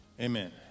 Amen